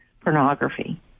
pornography